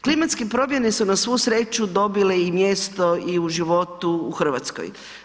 Klimatske promjene su na svu sreću dobile i mjesto i u životu u Hrvatskoj.